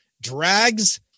drags